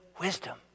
wisdom